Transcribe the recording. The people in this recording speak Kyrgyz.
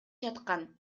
жаткан